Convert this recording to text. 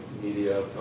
media